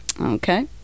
Okay